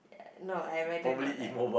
no I rather not die